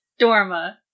Dorma